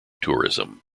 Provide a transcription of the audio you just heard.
tourism